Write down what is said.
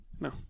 No